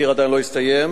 התחקיר עדיין לא הסתיים,